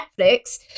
Netflix